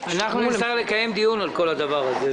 --- אנחנו נצטרך לקיים דיון על כל הדבר הזה.